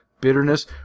bitterness